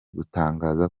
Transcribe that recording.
gutangaza